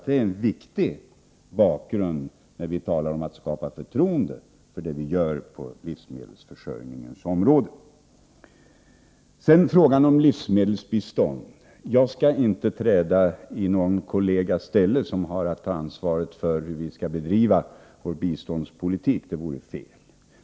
Det är en viktig bakgrund, när vi talar om att skapa förtroende för vad vi gör på livsmedelsförsörjningens område. När det gäller livsmedelsbiståndet skall jag inte träda i stället för någon kollega som har ansvaret för hur vi skall bedriva vår biståndspolitik. Det vore fel.